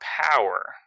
power